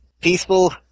peaceful